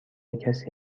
کسی